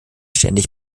ständig